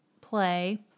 play